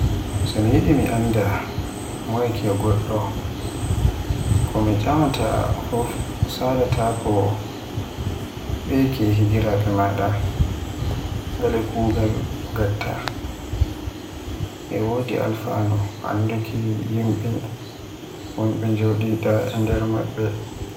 So mi yidi mi annda moye ke goddo ko tcamata fuf salaatako beye ke hiraabe maada, ngale kuugal ngatta. E wodi alfanu anduki yimbe wombe jodidaa e nder mabbe.